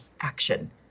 action